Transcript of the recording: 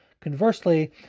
Conversely